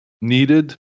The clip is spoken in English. needed